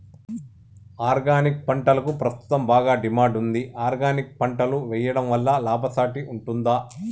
Organic పంటలకు ప్రస్తుతం బాగా డిమాండ్ ఉంది ఆర్గానిక్ పంటలు వేయడం వల్ల లాభసాటి ఉంటుందా?